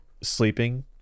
sleeping